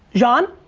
john?